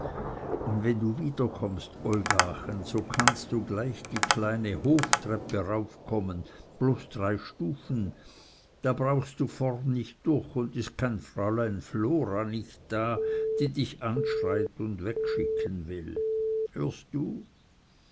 und wenn du wiederkommst olgachen so kannst du gleich die kleine hoftreppe raufkommen bloß drei stufen da brauchst du vorn nich durch und is kein fräulein flora nich da die dich anschreit und wegschicken will hörst du